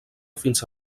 fins